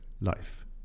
life